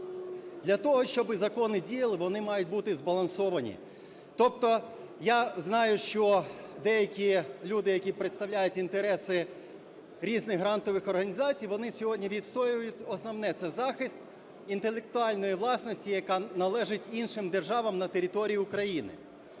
Для того, щоб закони діяли, вони мають бути збалансовані. Тобто я знаю, що деякі люди, які представляють інтереси різних грантових організацій, вони сьогодні відстоюють основне – це захист інтелектуальної власності, яка належить іншим державам, на території України.